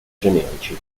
generici